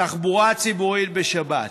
תחבורה ציבורית בשבת,